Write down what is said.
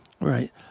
Right